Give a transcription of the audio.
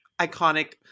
iconic